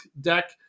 deck